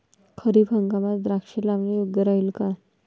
खरीप हंगामात द्राक्षे लावणे योग्य राहिल का?